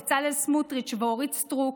בצלאל סמוטריץ' ואורית סטרוק,